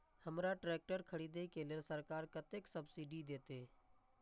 हमरा ट्रैक्टर खरदे के लेल सरकार कतेक सब्सीडी देते?